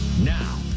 Now